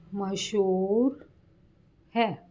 ਮਸ਼ਹੂਰ ਹੈ